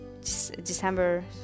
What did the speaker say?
December